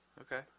Okay